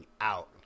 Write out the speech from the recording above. out